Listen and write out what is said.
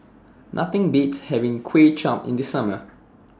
Nothing Beats having Kway Chap in The Summer